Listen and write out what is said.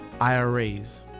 IRAs